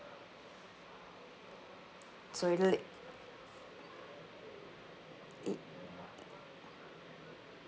so it~ it